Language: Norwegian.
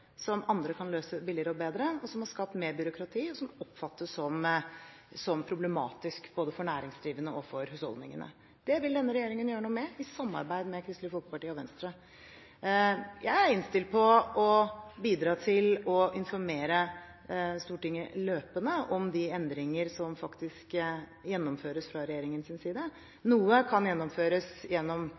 som andre kan løse billigere og bedre, som har skapt mer byråkrati, og som oppfattes som problematiske både for næringsdrivende og for husholdningene. Det vil denne regjeringen gjøre noe med, i samarbeid med Kristelig Folkeparti og Venstre. Jeg er innstilt på å bidra til å informere Stortinget løpende om de endringer som faktisk gjennomføres fra regjeringens side. Noe kan gjennomføres gjennom